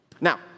Now